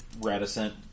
reticent